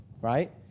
right